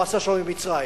הוא עשה שלום עם מצרים,